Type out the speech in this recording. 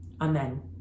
Amen